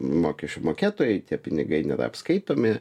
mokesčių mokėtojai tie pinigai nėra apskaitomi